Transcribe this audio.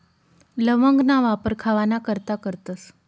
लवंगना वापर खावाना करता करतस